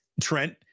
Trent